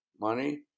money